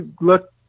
look